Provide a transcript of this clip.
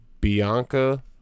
Bianca